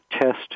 test